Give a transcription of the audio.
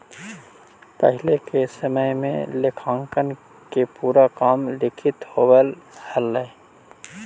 पहिले के समय में लेखांकन के पूरा काम लिखित होवऽ हलइ